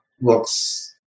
looks